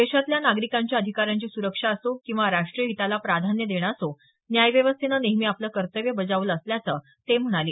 देशातल्या नागरीकांच्या अधिकारांची सुरक्षा असो किंवा राष्ट्रीय हिताला प्राधान्य देणं असो न्यायव्यवस्थेनं नेहमी आपलं कर्तव्य बजावलं असल्याचं ते म्हणाले